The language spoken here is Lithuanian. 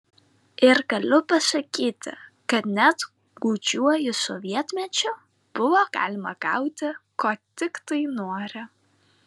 ir galiu pasakyti kad net gūdžiuoju sovietmečiu buvo galima gauti ko tiktai nori